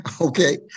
okay